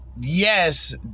Yes